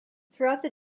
throughout